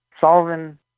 solving